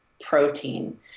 protein